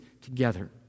together